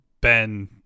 Ben